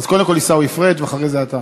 אז קודם כול עיסאווי פריג', ואחרי זה אתה.